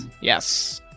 Yes